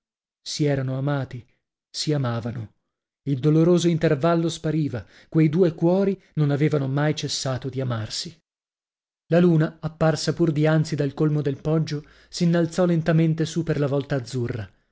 si erano amati si amavano il doloroso intervallo spariva quei due cuori non avevano mai cessato di amarsi la luna apparsa pur dianzi dal colmo del poggio s'innalzò lentamente su per la volta azzurra